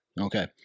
Okay